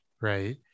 Right